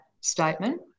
statement